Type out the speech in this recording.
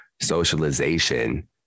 socialization